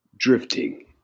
Drifting